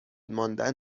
ماندن